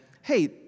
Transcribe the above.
hey